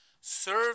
Serve